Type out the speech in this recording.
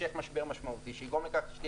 המשך משבר משמעותי שיגרום לכך שתהיה